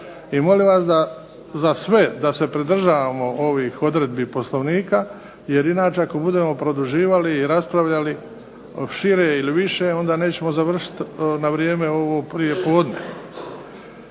I molim vas da za sve da se pridržavamo ovih odredbi poslovnika, jer inače ako budemo produživali i raspravljali šire ili više onda nećemo završiti na vrijeme ovo prijepodne.